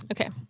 Okay